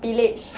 village